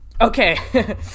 okay